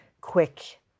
quick